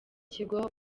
kigo